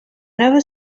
never